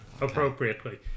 appropriately